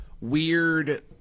weird